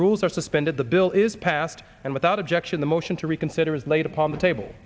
rules are suspended the bill is passed and without objection the motion to reconsider is laid upon the table